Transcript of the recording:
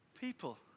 people